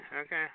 okay